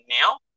now